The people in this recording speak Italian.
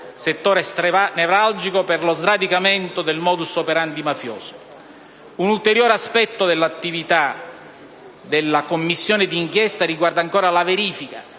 settore nevralgico per lo sradicamento del *modus operandi* mafioso. Un ulteriore aspetto dell'attività della Commissione d'inchiesta riguarda ancora la verifica